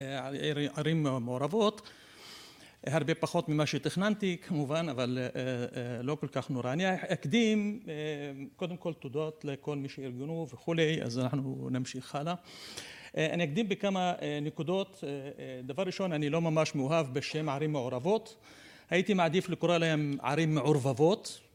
ערים מעורבות, הרבה פחות ממה שתכננתי כמובן, אבל לא כל כך נורא. אני אקדים, קודם כל תודות לכל מי שארגנו וכולי, אז אנחנו נמשיך הלאה. אני אקדים בכמה נקודות, דבר ראשון, אני לא ממש מאוהב בשם ערים מעורבות, הייתי מעדיף לקרוא להם ערים מעורבבות.